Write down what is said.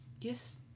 Yes